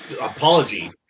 apology